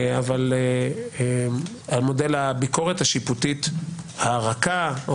אבל מודל הביקורת השיפוטית הרכה,